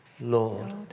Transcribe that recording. Lord